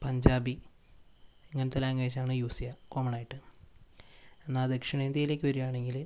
പഞ്ചാബി ഇങ്ങനത്തെ ലാംഗ്വേജ് ആണ് യൂസ് ചെയ്യുക കോമ്മൺ ആയിട്ട് എന്നാൽ ദക്ഷിണേന്ത്യയിലേക്ക് വരികയാണെങ്കിൽ